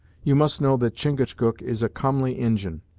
you must know that chingachgook is a comely injin,